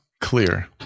clear